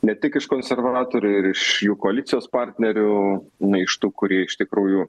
ne tik iš konservatorių ir iš jų koalicijos partnerių na iš tų kurie iš tikrųjų